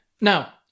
Now